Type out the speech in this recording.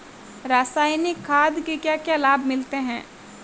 रसायनिक खाद के क्या क्या लाभ मिलते हैं?